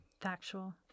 factual